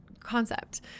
concept